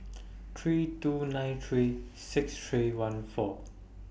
three two nine three six three one four